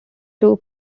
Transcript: two